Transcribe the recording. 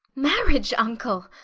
marriage vnckle?